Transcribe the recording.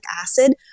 acid